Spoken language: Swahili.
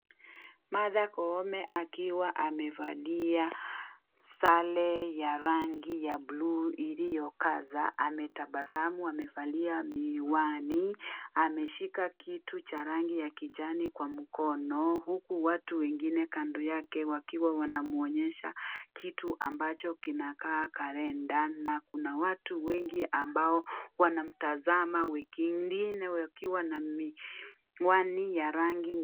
Martha Koome akiwa amevalia sare ya rangi ya bluu iliyo kaza, ametabasamu, amevalia miwani, ameshika kitu cha rangi ya kijani kwa mkono huku watu wengine kando yake wakiwa wanamwonyesha kitu ambacho kinakaa kalenda na kuna watu wengi ambao wanamtazama wengine wakiwa na miwani ya rangi .